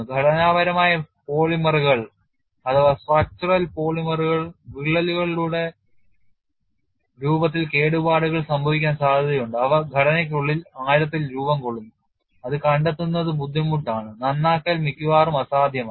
ഘടനാപരമായ പോളിമറുകൾ വിള്ളലുകളുടെ രൂപത്തിൽ കേടുപാടുകൾ സംഭവിക്കാൻ സാധ്യതയുണ്ട് അവ ഘടനയ്ക്കുള്ളിൽ ആഴത്തിൽ രൂപം കൊള്ളുന്നു അത് കണ്ടെത്തുന്നത് ബുദ്ധിമുട്ടാണ് നന്നാക്കൽ മിക്കവാറും അസാധ്യമാണ്